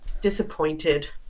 disappointed